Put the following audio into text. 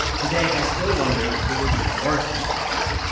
today, i still wonder if it was worth all of that.